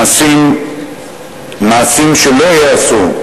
נעשים מעשים שלא ייעשו,